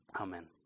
Amen